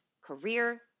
career